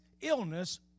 illness